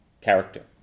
character